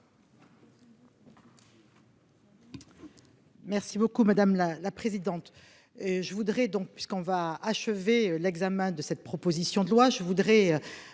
Merci beaucoup madame la présidente.